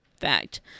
fact